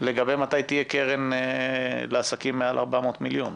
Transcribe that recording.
ותשובה לשאלה מתי תהיה קרן לעסקים מעל 400 מיליון.